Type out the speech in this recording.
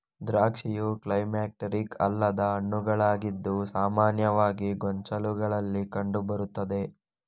ದ್ರಾಕ್ಷಿಯು ಕ್ಲೈಮ್ಯಾಕ್ಟೀರಿಕ್ ಅಲ್ಲದ ಹಣ್ಣುಗಳಾಗಿದ್ದು ಸಾಮಾನ್ಯವಾಗಿ ಗೊಂಚಲುಗಳಲ್ಲಿ ಕಂಡು ಬರುತ್ತದೆ